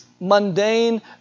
mundane